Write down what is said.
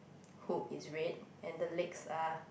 hoop is red and the legs are